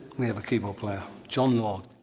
we have a keyboard player, jon lord.